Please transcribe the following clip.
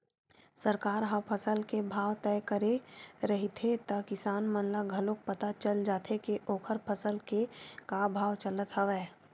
सरकार ह फसल के भाव तय करे रहिथे त किसान मन ल घलोक पता चल जाथे के ओखर फसल के का भाव चलत हवय